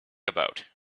about